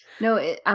No